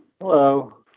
Hello